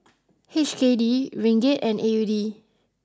H K D Ringgit and A U D